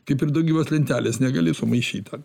kaip ir daugybos lentelės negali sumaišyt tą